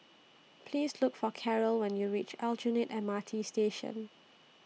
Please Look For Carol when YOU REACH Aljunied M R T Station